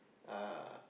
uh